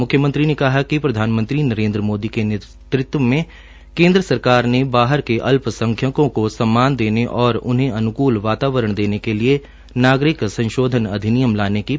म्ख्यमंत्री ने कहा कि प्रधानमंत्री नरेन्द्र मोदी के नेतृत्व में केंद्र सरकार ने बाहर के अल्पसंख्यकों को सम्मान देने और उन्हें अन्कूल वातावरण देने के लिए नागरिक संशोधन अधिनियम लाने की पहल की है